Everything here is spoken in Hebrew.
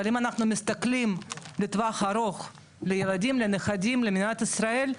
אבל אם אנחנו מסתכלים לטווח ארוך לילדים לנכדים למדינת ישראל,